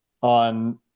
on